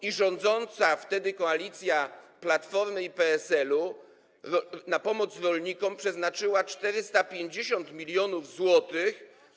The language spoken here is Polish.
i rządząca wtedy koalicja Platformy i PSL-u na pomoc rolnikom przeznaczyła 450 mln zł.